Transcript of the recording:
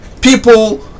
people